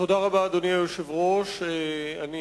אדוני היושב-ראש, תודה רבה.